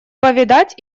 повидать